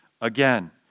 Again